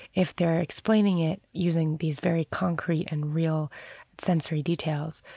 if they're explaining it using these very concrete and real sensory details,